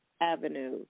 Avenue